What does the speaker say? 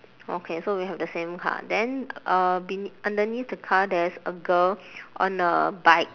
okay so we have the same car then uh bene~ underneath the car there's a girl on a bike